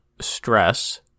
stress